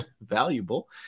valuable